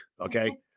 okay